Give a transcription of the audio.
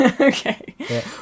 Okay